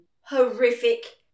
horrific